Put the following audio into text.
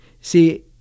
See